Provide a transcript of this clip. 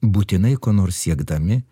būtinai ko nors siekdami